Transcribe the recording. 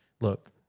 look